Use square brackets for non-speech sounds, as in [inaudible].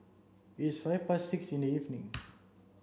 its five past six in the evening [noise]